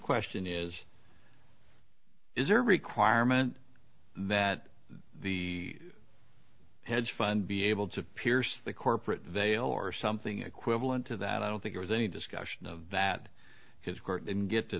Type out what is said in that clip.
question is is there a requirement that the hedge fund be able to pierce the corporate veil or something equivalent to that i don't think there's any discussion of that because court didn't get to